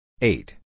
Eight